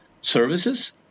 services